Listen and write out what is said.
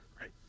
right